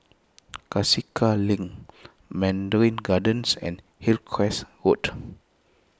Cassia Link Mandarin Gardens and Hillcrest Road